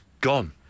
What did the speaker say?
gone